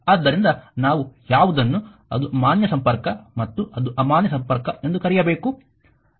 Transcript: ಆದ್ದರಿಂದ ನಾವು ಯಾವುದನ್ನು ಅದು ಮಾನ್ಯ ಸಂಪರ್ಕ ಮತ್ತು ಅದು ಅಮಾನ್ಯ ಸಂಪರ್ಕ ಎಂದು ಕರೆಯಬೇಕು